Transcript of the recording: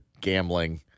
gambling